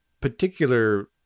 particular